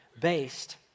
based